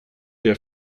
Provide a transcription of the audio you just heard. der